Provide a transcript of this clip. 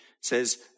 says